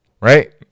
right